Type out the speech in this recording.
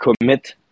commit